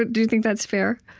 do you think that's fair?